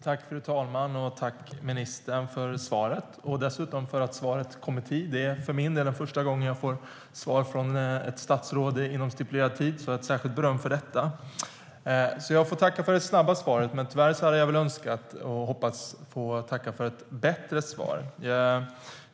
Fru talman! Tack, ministern, för svaret! Tack också för att svaret kom i tid. För min del är det första gången som jag får svar från ett statsråd inom stipulerad tid, så jag vill ge ett särskilt beröm för det. Så jag får tacka för det snabba svaret, men jag hade hoppats att få tacka för ett bättre svar.